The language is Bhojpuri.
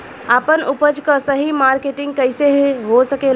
आपन उपज क सही मार्केटिंग कइसे हो सकेला?